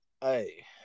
Hey